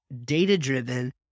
data-driven